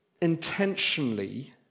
intentionally